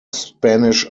spanish